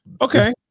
okay